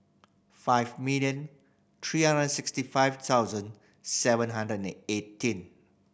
five million three hundred sixty five thousand seven hundred and eighteen